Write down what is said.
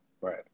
right